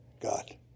God